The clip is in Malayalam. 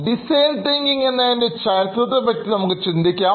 design thinking ചരിത്രത്തെപ്പറ്റിസംസാരിക്കാം